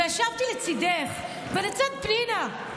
וישבתי לצידך ולצד פנינה,